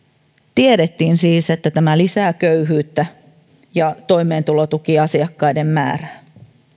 tiedettiin siis että tämä lisää köyhyyttä ja toimeentulotukiasiakkaiden määrää